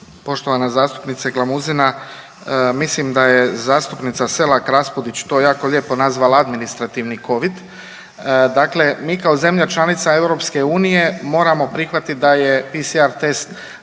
Poštovana zastupnice Glamuzina mislim da je zastupnica Selak Raspudić to jako lijepo nazvala administrativni covid. Dakle mi kao zemlja članica Europske unije moramo prihvatiti da je PCR test